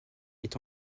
est